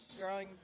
growing